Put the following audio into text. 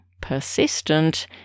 persistent